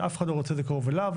שאף אחד לא רוצה את זה קרוב אליו,